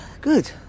good